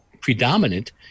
predominant